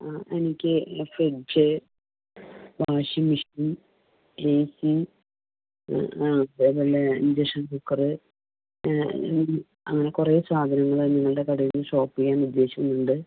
ആ എനിക്ക് fridge washing machine A C പിന്നെ ഇൻഡക്ഷൻ കുക്കറ് ടി വി അങ്ങനെ കുറെ സാധനങ്ങള് നിങ്ങളുടെ കടയിൽ നിന്ന് ഷോപ്പ് ചെയ്യാൻ ഉദ്ദേശിക്കുന്നുണ്ട്